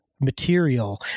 material